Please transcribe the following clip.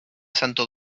santo